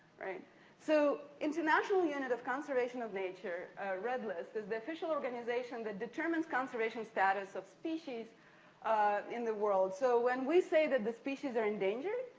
so, international union of conservation of nature red list is the official organization that determines conservation status of species in the world. so, when we say that the species are endangered,